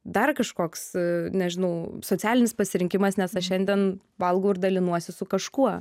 dar kažkoks nežinau socialinis pasirinkimas nes aš šiandien valgau ir dalinuosi su kažkuo